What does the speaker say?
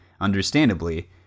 understandably